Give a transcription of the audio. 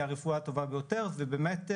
היא הרפואה הטובה ביותר ובאמת,